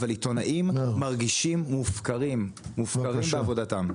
אבל עיתונאים מרגישים מופקרים, מופקרים בעבודתם.